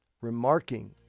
remarking